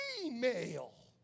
female